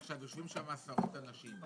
אנחנו צריכים לסכם את הדיון.